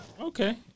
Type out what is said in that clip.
Okay